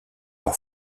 leur